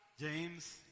James